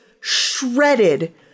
shredded